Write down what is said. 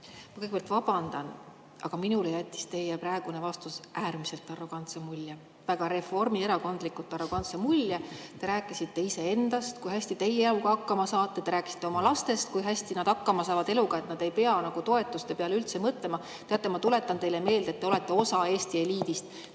Ma kõigepealt vabandan, aga minule jättis teie praegune vastus äärmiselt arrogantse vastuse mulje, väga reformierakondlikult arrogantse vastuse mulje. Te rääkisite iseendast, kui hästi teie eluga hakkama saate. Te rääkisite oma lastest, kui hästi nad eluga hakkama saavad, nii et nad ei pea toetuste peale üldse mõtlema. Teate, ma tuletan teile meelde, et te olete osa Eesti eliidist.